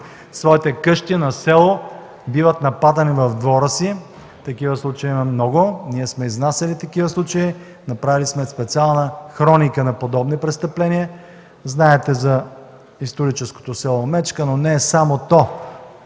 своите къщи на село биват нападани в двора си. Такива случаи има много. Ние сме изнасяли такива случаи, направили сме специална хроника на подобни престъпления. Знаете за историческото село Мечка, но не е само то.